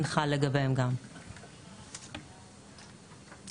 אנחנו גם כך ערב תזכיר משלים,